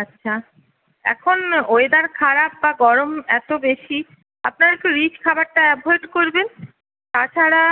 আচ্ছা এখন ওয়েদার খারাপ বা গরম এত বেশি আপনার একটু রিচ খাবারটা অ্যাভোয়েড করবেন তাছাড়া